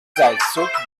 seilzug